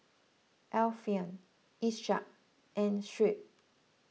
Alfian Ishak and Shuib